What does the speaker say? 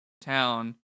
town